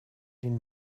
den